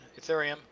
ethereum